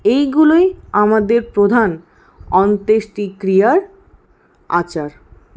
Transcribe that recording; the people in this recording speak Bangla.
এইগুলোই আমাদের প্রধান অন্ত্যেষ্টিক্রিয়ার আচার